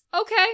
Okay